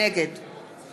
נגד